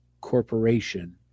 corporation